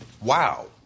Wow